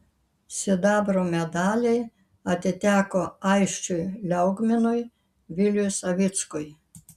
sidabro medaliai atiteko aisčiui liaugminui viliui savickui